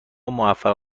موفق